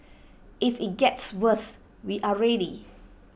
if IT gets worse we are ready